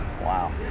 Wow